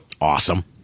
Awesome